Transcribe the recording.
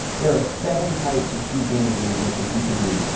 there are seven types of speaking engagements that you can use.